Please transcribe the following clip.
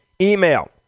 email